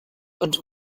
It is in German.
und